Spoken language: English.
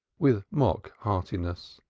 with mock heartiness.